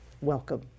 Welcome